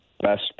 best